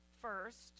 first